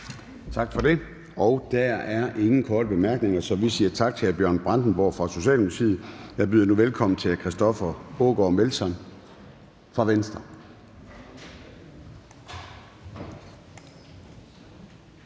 Tak for det. Der er ingen korte bemærkninger, så vi siger tak til hr. Bjørn Brandenborg fra Socialdemokratiet. Jeg byder nu velkommen til hr. Christoffer Aagaard Melson fra Venstre.